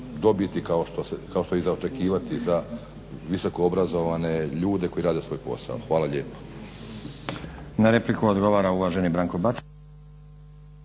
dobiti kao što je i za očekivati za visokoobrazovane ljude koji rade svoj posao. Hvala lijepo.